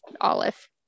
olive